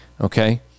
okay